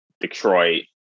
Detroit